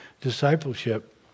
Discipleship